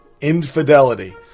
infidelity